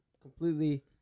completely